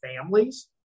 families